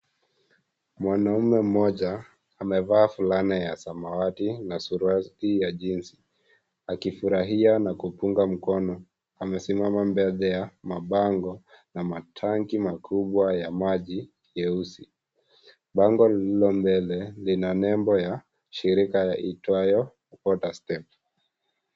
Mwanaume mmoja amevaa fulana ya samawati na suruali ya jinsi akifurahia na kupunga mkono amesimama mbele ya mabango na matanki makubwa ya maji jeusi, bango lililo mbele lina nembo ya shirika iitwayo water step.